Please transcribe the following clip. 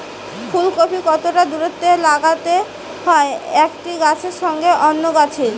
ফুলকপি কতটা দূরত্বে লাগাতে হয় একটি গাছের সঙ্গে অন্য গাছের?